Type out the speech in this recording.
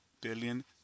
billion